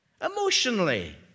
emotionally